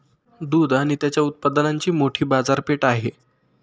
दूध आणि त्याच्या उत्पादनांची मोठी बाजारपेठ आहे